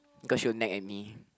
cause she will nag at me